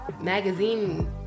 magazine